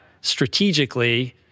strategically